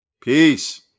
Peace